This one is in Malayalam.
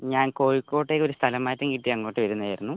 ഞാൻ കോഴിക്കോട്ടേക്ക് ഒരു സ്ഥലം മാറ്റം കിട്ടി അങ്ങോട്ട് വരുന്നത് ആയിരുന്നു